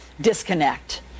disconnect